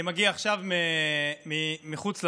אני מגיע עכשיו מחוץ לכנסת,